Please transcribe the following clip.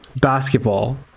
basketball